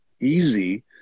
easy